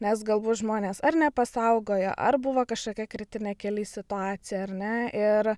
nes galbūt žmonės ar nepasaugojo ar buvo kažkokia kritinė kely situacija ar ne ir